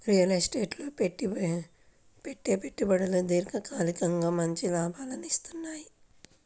real estate లో పెట్టే పెట్టుబడులు దీర్ఘకాలికంగా మంచి లాభాలనిత్తయ్యి